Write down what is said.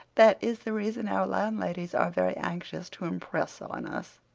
that is the reason our landladies are very anxious to impress on us.